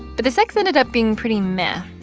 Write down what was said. but the sex ended up being pretty meh,